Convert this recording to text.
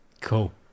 Cool